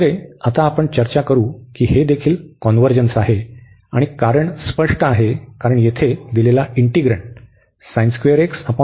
दुसरे आता आपण चर्चा करूया की हे देखील कॉन्व्हर्जन्स आहे आणि कारण स्पष्ट आहे कारण येथे दिलेला इंटिग्रण्ड